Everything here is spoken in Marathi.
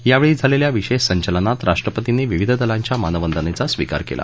यावेळी झालेल्या विशेष संचलनात राष्ट्रपतींनी विविध दलांच्या मानवंदनेचा स्वीकार केला